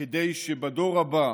כדי שבדור הבא